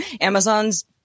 Amazon's